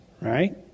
Right